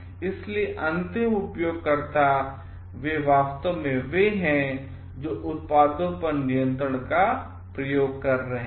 इसलिए अंतिम उपयोगकर्ता वेवास्तव में यहवे हैं जो उत्पादों पर नियंत्रण का प्रयोग कर रहे हैं